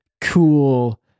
cool